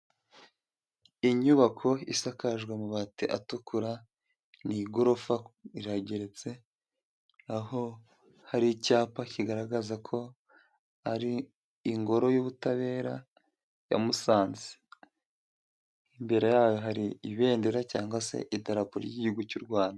Inyubako isakajwe amabati atukura ni igorofa irageretse, aho hari icyapa kigaragaza ko ari ingoro y'ubutabera ya Musanze, imbere yayo hari ibendera cyangwa se idarapo ry'igihugu cy'u Rwanda.